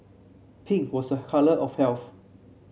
pink was a colour of health